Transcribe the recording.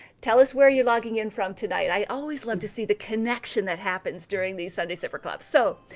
tell us where you're logging in from tonight. i always love to see the connection that happens during these sunday sipper club. so